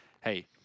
hey